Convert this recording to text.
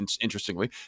Interestingly